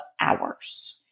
hours